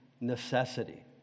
necessity